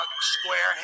Squarehead